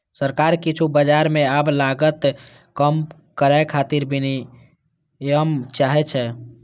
सरकार किछु बाजार मे आब लागत कम करै खातिर विनियम चाहै छै